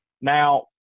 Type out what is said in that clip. Now